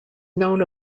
known